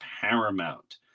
Paramount